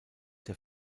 der